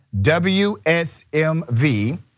WSMV